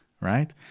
right